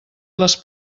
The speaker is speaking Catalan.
les